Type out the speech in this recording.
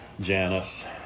Janice